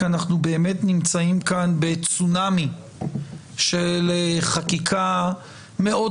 כי אנחנו באמת נמצאים כאן בצונאמי של חקיקה מאוד